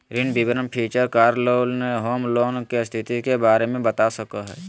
ऋण विवरण feature car loan, home loan, के स्थिति के बारे में बता सका हइ